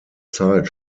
zeit